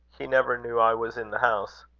he never knew i was in the house.